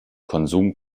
konsum